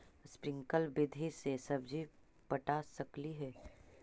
Sprinkle विधि से सब्जी पटा सकली हे?